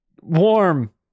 warm